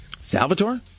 Salvatore